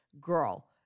girl